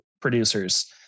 producers